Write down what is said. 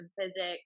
physics